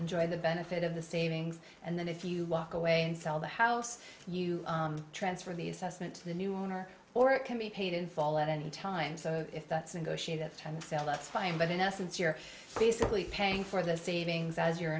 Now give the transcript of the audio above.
enjoy the benefit of the savings and then if you walk away and sell the house you transfer the assessment to the new owner or it can be paid in full at any time so if that's negotiated tend to sell that's fine but in essence you're basically paying for the savings as you're